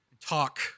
Talk